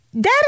Dad